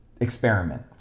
Experiment